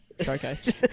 showcase